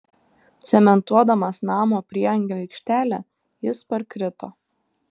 cementuodamas namo prieangio aikštelę jis parkrito